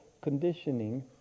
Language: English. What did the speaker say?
conditioning